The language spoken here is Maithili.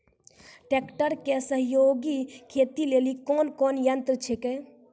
ट्रेकटर के सहयोगी खेती लेली कोन कोन यंत्र छेकै?